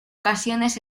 ocasiones